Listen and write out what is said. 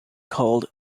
called